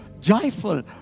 joyful